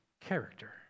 character